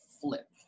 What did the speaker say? flip